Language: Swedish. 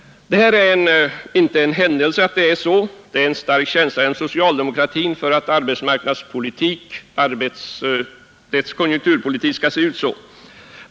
Detta är inte en händelse. Det finns en stark känsla inom socialdemokratin för att konjunkturpolitiken skall se ut så här.